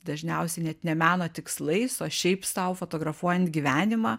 dažniausiai net ne meno tikslais o šiaip sau fotografuojant gyvenimą